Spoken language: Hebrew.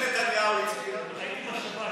הייתי בשב"כ.